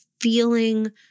feeling